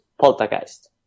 Poltergeist